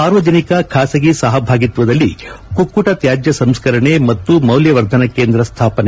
ಸಾರ್ವಜನಿಕ ಖಾಸಗಿ ಸಹಭಾಗಿತ್ವದಲ್ಲಿ ಕುಕ್ಕುಟ ತ್ಯಾಜ್ಯ ಸಂಸ್ಕರಣೆ ಮತ್ತು ಮೌಲ್ಯವರ್ಧನ ಕೇಂದ್ರ ಸ್ಟಾಪನೆ